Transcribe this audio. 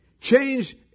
Change